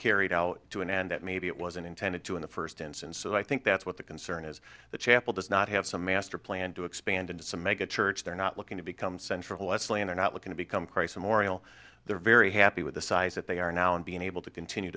carried out to an end that maybe it wasn't intended to in the first instance so i think that's what the concern is the chapel does not have some master plan to expand into some mega church they're not looking to become central leslie and are not looking to become cry some more ial they're very happy with the size that they are now and being able to continue